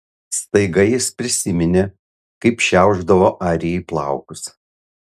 staiga jis prisiminė kaip šiaušdavo arijai plaukus